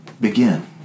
begin